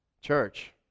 Church